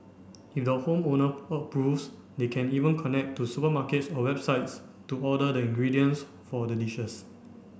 if the home owner approves they can even connect to supermarkets or websites to order the ingredients for the dishes